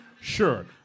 sure